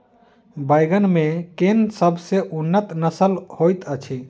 बैंगन मे केँ सबसँ उन्नत नस्ल होइत अछि?